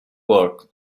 work